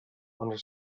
under